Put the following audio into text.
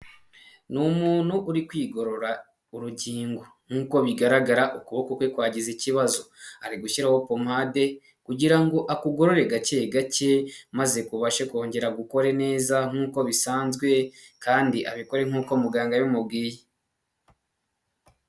Ni umuntu uri kwigorora urugingo, nkuko bigaragara ukuboko kwe kwagize ikibazo, ari gushyiraho pomade kugirango akugorore gacye gacye maze kubashe kongera gukore neza nkuko bisanzwe kandi abikore nkuko muganga yabimubwiye.